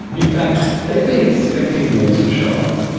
in fact they'd been expecting wolves to show up.